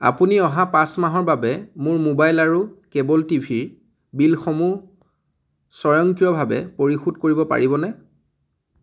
আপুনি অহা পাঁচ মাহৰ বাবে মোৰ মোবাইল আৰু কেব'ল টিভিৰ বিলসমূহ স্বয়ংক্ৰিয়ভাৱে পৰিশোধ কৰিব পাৰিবনে